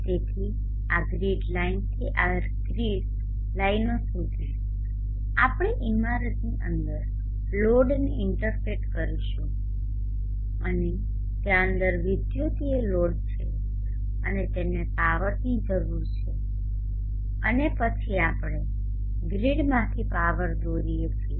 તેથી આ ગ્રીડ લાઈનથી આ ગ્રીડ લાઇનો સુધી આપણે ઈમારતની અંદર લોડને ઇન્ટરફેસ કરીશું અને ત્યાં અંદર વિદ્યુતીય લોડ છે અને તેમને પાવરની જરૂર છે અને પછી આપણે ગ્રીડમાંથી પાવર દોરીએ છીએ